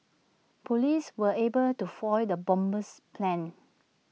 Police were able to foil the bomber's plans